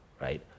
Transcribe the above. right